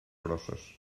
grosses